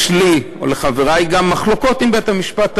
שיש לי ולחברי גם מחלוקות עם בית-המשפט העליון,